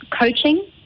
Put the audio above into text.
coaching –